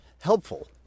helpful